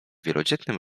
wielodzietnym